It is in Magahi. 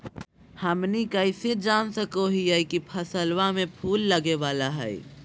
हमनी कइसे जान सको हीयइ की फसलबा में फूल लगे वाला हइ?